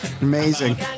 Amazing